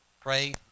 Pray